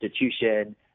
institution